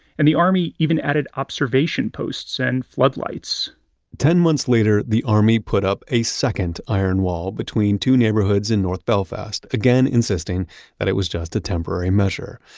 and the army even added observation posts and floodlights ten months later, the army put up a second iron wall, between two neighborhoods in north belfast. again insisting that it was just a temporary measure.